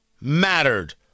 mattered